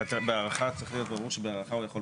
בהארכה צריך להיות שהוא יכול פחות.